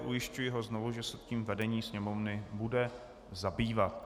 Ujišťuji ho znovu, že se tím vedení Sněmovny bude zabývat.